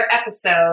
episode